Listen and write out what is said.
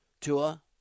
Tua